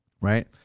Right